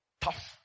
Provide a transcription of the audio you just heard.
tough